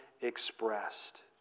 expressed